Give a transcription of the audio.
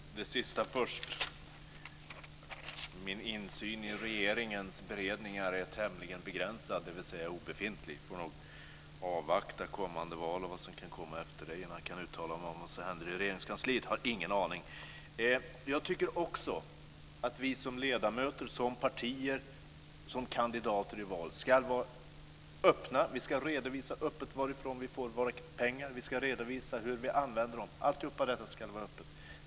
Fru talman! Jag tar det sista först. Min insyn i regeringens beredningar är tämligen begränsad - dvs. obefintlig. Vi får nog avvakta kommande val och vad som kan komma efter det innan jag kan uttala mig om vad som händer inom Regeringskansliet. Jag har ingen aning. Jag tycker också att vi som ledamöter, som partier, som kandidater i valet, ska vara öppna. Vi ska redovisa öppet varifrån vi får våra pengar. Vi ska redovisa hur vi använder dem. Allt detta ska vara öppet.